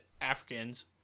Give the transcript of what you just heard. africans